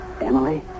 Emily